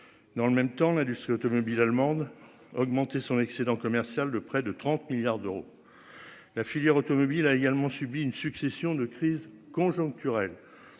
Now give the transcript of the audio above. Dans le même temps, l'industrie automobile allemande augmenté son excédent commercial de près de 30 milliards d'euros. La filière automobile a également subi une succession de crises conjoncturelles.